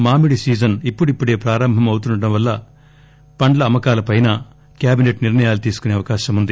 మామిడి సీజన్ ఇప్పుడిప్పుడే ప్రారంభం అవుతుండటం వల్ల పండ్ల అమ్మ కాలపైనా క్యాబినెట్ నిర్లయాలు తీసుకునే అవకాశం ఉంది